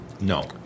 No